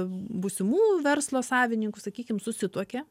būsimų verslo savininkų sakykim susituokė